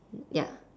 ya